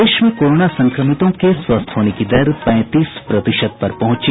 प्रदेश में कोरोना संक्रमितों के स्वस्थ होने की दर पैंतीस प्रतिशत पर पहुंची